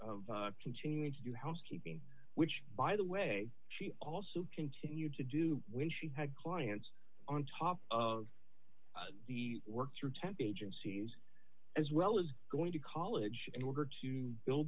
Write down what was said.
continuing to do housekeeping which by the way she also continued to do when she had clients on top of the work through temp agencies as well as going to college in order to build